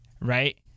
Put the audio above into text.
right